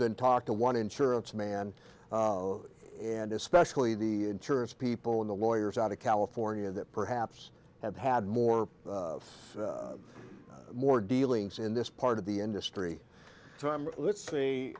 than talk to one insurance man and especially the insurance people in the lawyers out of california that perhaps have had more more dealings in this part of the industry term let's s